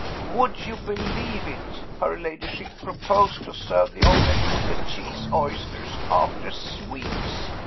would you believe it? her ladyship proposed to serve the omelet with the cheese. oysters, after sweets!